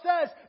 says